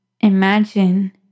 Imagine